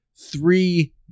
three